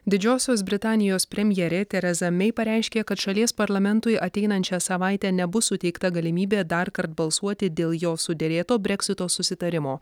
didžiosios britanijos premjerė tereza mei pareiškė kad šalies parlamentui ateinančią savaitę nebus suteikta galimybė dar kart balsuoti dėl jo suderėto brexito susitarimo